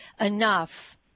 enough